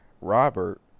Robert